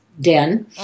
den